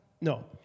No